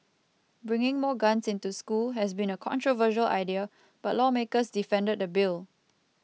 bringing more guns into school has been a controversial idea but lawmakers defended the bill